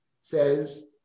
says